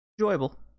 Enjoyable